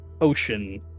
ocean